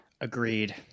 agreed